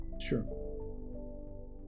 Sure